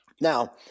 Now